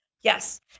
Yes